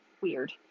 weird